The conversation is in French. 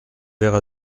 verre